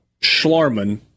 Schlarman